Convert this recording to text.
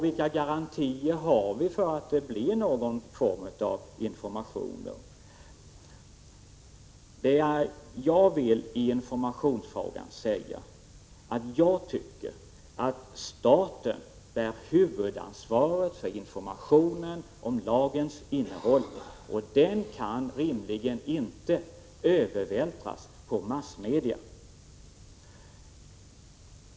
Vilka garantier har vi för att det ges någon form av information? Jag anser att staten bär huvudansvaret för information om lagens innehåll, och det ansvaret kan inte rimligen övervältras på massmedia.